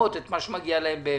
מה אתה אומר?